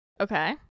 Okay